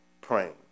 praying